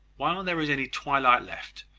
while there is any twilight left,